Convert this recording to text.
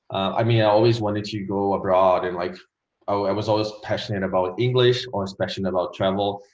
i mean i always wanted to go abroad and like i was always passionate and about english or so passionate about travel